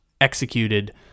executed